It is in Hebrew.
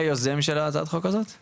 את יודעת